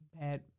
bad